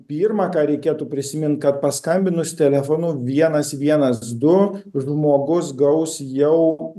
pirma ką reikėtų prisimint kad paskambinus telefonu vienas vienas du žmogus gaus jau